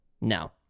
No